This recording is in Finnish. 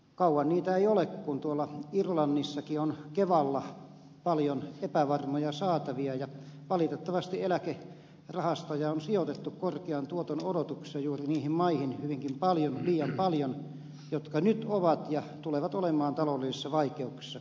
kauan niitä ei ole kun tuolla irlannissakin on kevalla paljon epävarmoja saatavia ja valitettavasti eläkerahastoja on sijoitettu korkean tuoton odotuksin juuri liian paljon niihin maihin jotka nyt ovat ja tulevat olemaan taloudellisissa vaikeuksissa